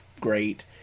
great